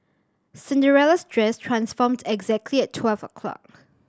Cinderella's dress transformed exactly at twelve o'clock